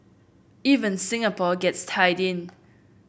even Singapore gets tied in